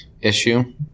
issue